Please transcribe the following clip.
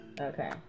Okay